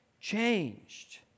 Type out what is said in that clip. changed